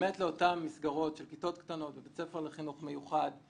באמת לאותן מסגרות של כיתות קטנות בבית ספר לחינוך מיוחד,